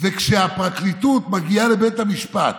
כשהפרקליטות מגיעה לבית המשפט